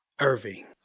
Irving